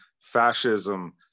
fascism